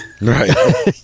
Right